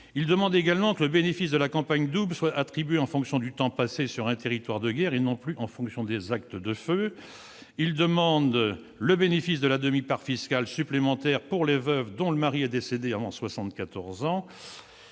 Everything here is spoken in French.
Ils demandent également que le bénéfice de la campagne double soit attribué en fonction du temps passé sur un territoire de guerre, et non plus en fonction des actes de feu. Ils demandent que soit accordé le bénéfice de la demi-part fiscale supplémentaire aux veuves dont le mari est décédé avant 74 ans.